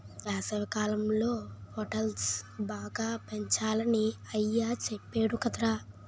వేసవికాలంలో పొటల్స్ బాగా పెంచాలని అయ్య సెప్పేడు కదరా